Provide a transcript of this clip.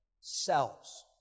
cells